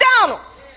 McDonald's